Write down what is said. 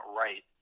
right